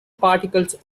particles